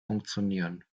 funktionieren